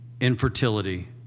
infertility